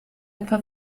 etwa